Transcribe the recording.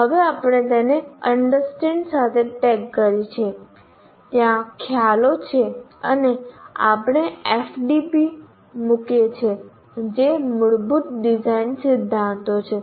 હવે આપણે તેને understand સાથે ટેગ કરીએ છીએ ત્યાં ખ્યાલો છે અને આપણે FDP મૂકે છે જે મૂળભૂત ડિઝાઇન સિદ્ધાંતો છે